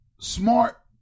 smart